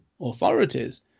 authorities